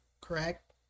correct